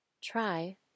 Try